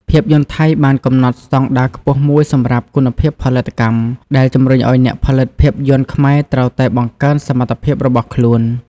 ភាពយន្តថៃបានកំណត់ស្តង់ដារខ្ពស់មួយសម្រាប់ គុណភាពផលិតកម្ម ដែលជំរុញឲ្យអ្នកផលិតភាពយន្តខ្មែរត្រូវតែបង្កើនសមត្ថភាពរបស់ខ្លួន។